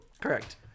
Correct